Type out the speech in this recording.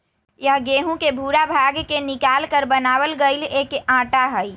यह गेहूं के भूरा भाग के निकालकर बनावल गैल एक आटा हई